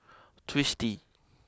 Twisstii